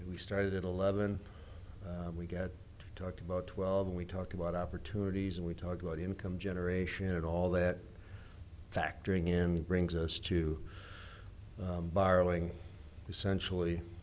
we started at eleven we get to talk about twelve and we talk about opportunities and we talk about income generation and all that factoring in brings us to borrowing essentially